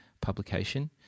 publication